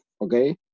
okay